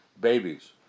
Babies